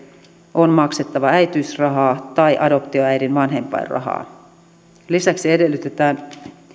on maksettu äitiysrahaa tai adoptioäidin vanhempainrahaa lisäksi edellytetään